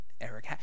Eric